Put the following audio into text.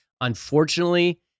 unfortunately